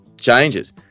changes